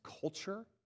culture